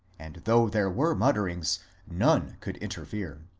and though there were mutterings none could inter fere.